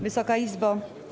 Wysoka Izbo!